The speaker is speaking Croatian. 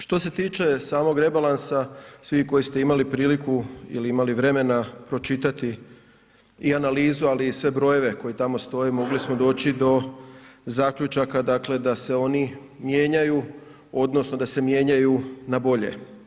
Što se tiče samog rebalansa svi koji ste imali priliku ili imali vremena pročitati i analizu, ali i sve brojeve koji tamo stoje mogli smo doći do zaključaka da se oni mijenjaju odnosno da se mijenjaju na bolje.